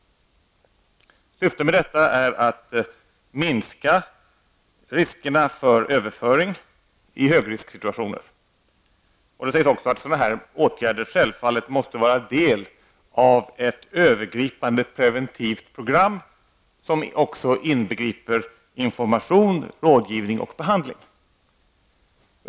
Syftet med detta är att minska riskerna för överföring i högrisksituationer. Det sägs också att sådana här åtgärder självfallet måste vara en del av ett övergripande, preventivt program som också inbegriper information, rådgivning och behandling.